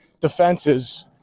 defenses